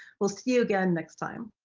we'll see you again next time.